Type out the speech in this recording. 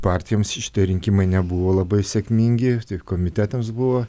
partijoms šitie rinkimai nebuvo labai sėkmingi tik komitetams buvo